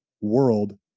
world